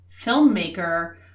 filmmaker